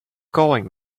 going